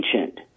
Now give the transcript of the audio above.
ancient